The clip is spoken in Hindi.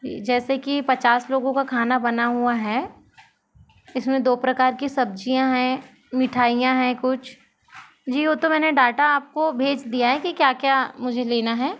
जी जैसे कि पचास लोगों का खाना बना हुआ है इसमें दो प्रकार की सब्ज़ियाँ हैं मिठाईयाँ हैं कुछ जी वो तो मैंने डाटा आपको भेज दिया है कि क्या क्या मुझे लेना है